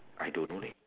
I don't know leh